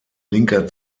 linker